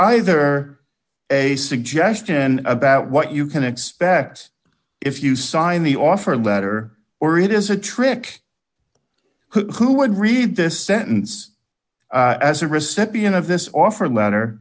either a suggestion about what you can expect if you sign the offer letter or it is a trick who would read this sentence as a recipient of this offer letter